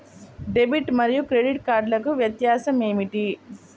Debit మరియు credit కార్డ్లకు వ్యత్యాసమేమిటీ?